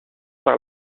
par